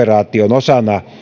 osana